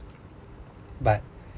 but